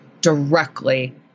directly